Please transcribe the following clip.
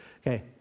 Okay